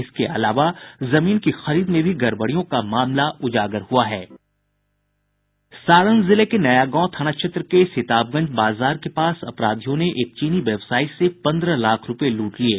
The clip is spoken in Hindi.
इसके अलावा जमीन की खरीद में भी गड़बड़ियों का मामला उजागर हुआ है सारण जिले के नयागांव थाना क्षेत्र के सिताबगंज बाजार के पास अपराधियों ने एक चीनी व्यवसायी से पन्द्रह लाख रूपये लूट लिये